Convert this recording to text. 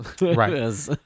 Right